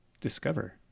discover